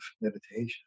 meditation